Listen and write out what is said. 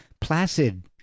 placid